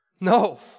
No